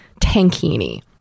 tankini